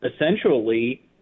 essentially